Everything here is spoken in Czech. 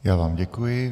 Já vám děkuji.